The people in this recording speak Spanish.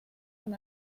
con